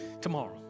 tomorrow